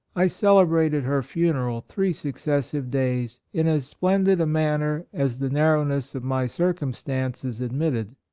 i celebrated her funeral three successive days in as splendid a manner as the nar rowness of my circumstances ad mitted.